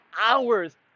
hours